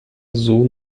azul